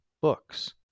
books